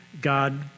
God